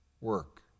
work